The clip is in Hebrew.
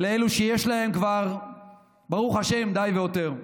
לאלו שיש להם כבר ברוך השם די והותר.